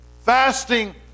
Fasting